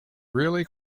really